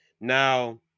Now